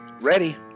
ready